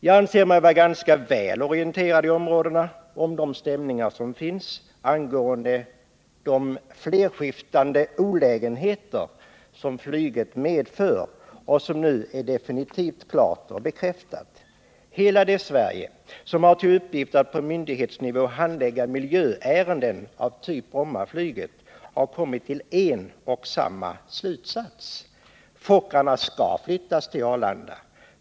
Jag anser mig vara ganska väl orienterad i områdena och om de stämningar som finns angående de flerskiftande olägenheter som flyget medför och som nu är definitivt bekräftade. Hela det Sverige som har till uppgift att på myndighetsnivå handlägga miljöärenden av typ Brommaflyget har kommit till en och samma slutsats: Fokkerplanen skall flyttas till Arlanda.